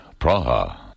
Praha